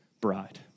bride